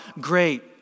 great